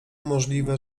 możliwe